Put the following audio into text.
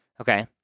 Okay